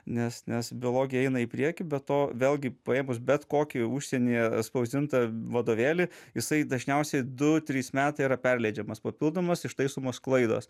nes nes biologija eina į priekį be to vėlgi paėmus bet kokį užsienyje atspausdintą vadovėlį jisai dažniausiai du trys metai yra perleidžiamas papildomas ištaisomos klaidos